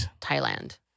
Thailand